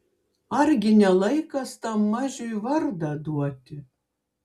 argi ne laikas tam mažiui vardą duoti